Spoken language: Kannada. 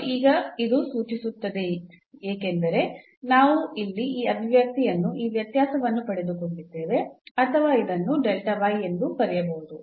ಮತ್ತು ಈಗ ಇದು ಸೂಚಿಸುತ್ತದೆ ಏಕೆಂದರೆ ನಾವು ಇಲ್ಲಿ ಈ ಅಭಿವ್ಯಕ್ತಿಯನ್ನು ಈ ವ್ಯತ್ಯಾಸವನ್ನು ಪಡೆದುಕೊಂಡಿದ್ದೇವೆ ಅಥವಾ ಇದನ್ನು ಎಂದೂ ಕರೆಯಬಹುದು